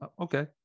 okay